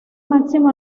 máximo